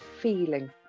feeling